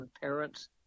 parents